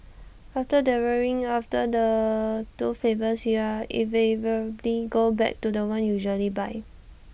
after dithering over the two favours you invariably go back to The One you usually buy